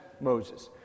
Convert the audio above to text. Moses